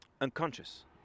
unconscious